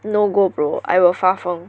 no go bro I will 发疯